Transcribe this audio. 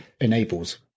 enables